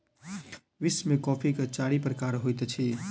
विश्व में कॉफ़ी के चारि प्रकार होइत अछि